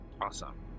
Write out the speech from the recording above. Awesome